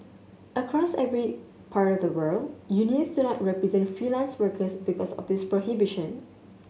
across every part of the world unions do not represent freelance workers because of this prohibition